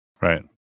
Right